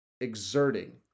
exerting